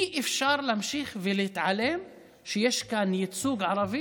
אי-אפשר להמשיך להתעלם כשיש כאן ייצוג ערבי